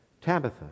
Tabitha